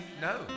no